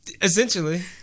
essentially